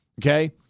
okay